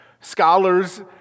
Scholars